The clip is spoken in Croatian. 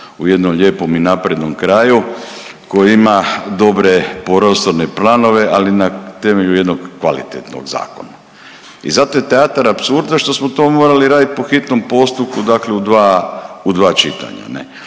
u jednom lijepom i naprednom kraju koji ima dobre prostorne planove, ali na temelju jednog kvalitetnog zakona. I zato je teatar apsurda što smo to morali raditi po hitnom postupku, dakle u dva čitanja.